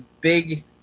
big